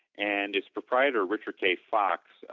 and its proprietor, richard k. foxx